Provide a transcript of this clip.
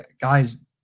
guys